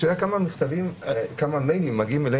אתה יודע כמה מיילים מגיעים,